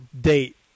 date